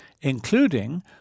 including